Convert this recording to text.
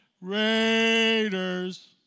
Raiders